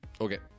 Okay